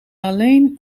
alleen